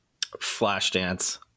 Flashdance